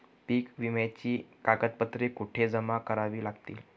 पीक विम्याची कागदपत्रे कुठे जमा करावी लागतील?